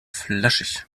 flaschig